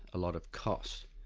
a lot of cost,